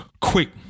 quick